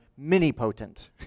minipotent